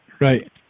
right